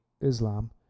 Islam